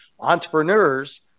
Entrepreneurs